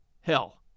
hell